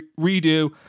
redo